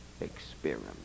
experiment